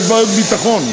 יש בעיות ביטחון.